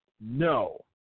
No